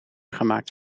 gemaakt